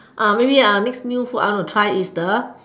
maybe next new food I want to try is